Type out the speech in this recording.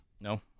No